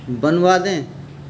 بنوا دیں